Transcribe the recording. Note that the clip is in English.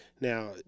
Now